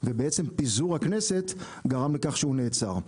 ובעצם פיזור הכנסת גרם לכך שהוא נעצר,